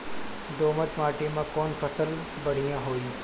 दोमट माटी में कौन फसल बढ़ीया होई?